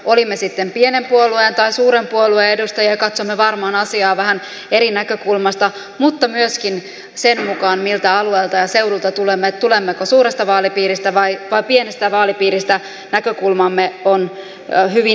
olimme sitten pienen puolueen tai suuren puolueen edustajia katsomme varmaan asiaa vähän eri näkökulmasta mutta myöskin sen mukaan miltä alueelta ja seudulta tulemme eli tulemmeko suuresta vaalipiiristä vai pienestä vaalipiiristä näkökulmamme ovat hyvin erilaisia